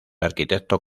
arquitecto